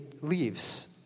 leaves